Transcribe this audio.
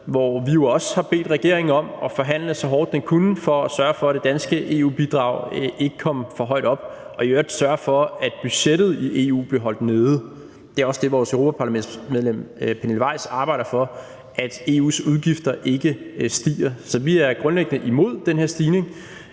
hvor vi jo også har bedt regeringen om at forhandle så hårdt, den kunne, for at sørge for, at det danske EU-bidrag ikke kom for højt op, og i øvrigt sørge for, at budgettet i EU blev holdt nede. Det er også det, vores europaparlamentsmedlem, Pernille Weiss, arbejder for, nemlig at EU's udgifter ikke stiger. Så vi er grundlæggende imod den her stigning,